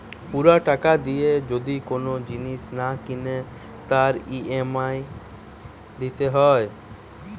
পুরা টাকা দিয়ে যদি কোন জিনিস না কিনে তার ই.এম.আই দিতে হয়